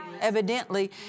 Evidently